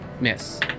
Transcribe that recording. Miss